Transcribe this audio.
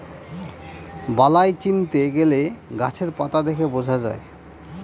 বালাই চিনতে গেলে গাছের পাতা দেখে বোঝা যায়